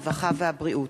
הרווחה והבריאות,